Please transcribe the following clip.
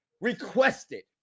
requested